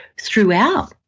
throughout